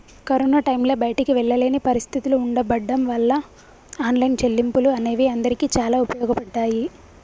corona టైంలో బయటికి వెళ్ళలేని పరిస్థితులు ఉండబడ్డం వాళ్ళ ఆన్లైన్ చెల్లింపులు అనేవి అందరికీ చాలా ఉపయోగపడ్డాయి